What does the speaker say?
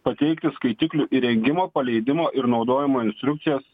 pateikti skaitiklių įrengimo paleidimo ir naudojimo instrukcijas